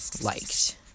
liked